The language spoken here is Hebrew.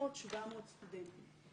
600-700 סטודנטים.